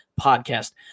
podcast